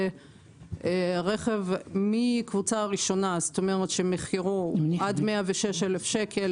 רכב מהקבוצה הראשונית שמחירו עד 106,000 שקל,